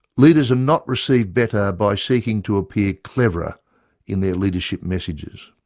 leaders are not received better by seeking to appear cleverer in their leadership messages.